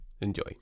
Enjoy